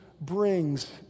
brings